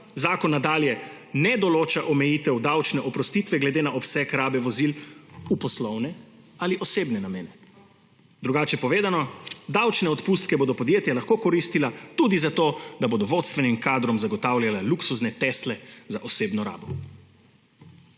Zakon nadalje ne določa omejitev davčne oprostitve glede na obseg rabe vozil v poslovne ali osebne namene. Drugače povedano, davčne odpustke bodo podjetja lahko koristila tudi za to, da bodo vodstvenim kadrom zagotavljala luksuzne tesle za osebno rabo.